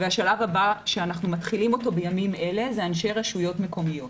והשלב הבא שאנחנו מתחילים בימים אלה זה אנשי רשויות מקומיות.